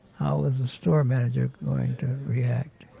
how was the store manager going to react?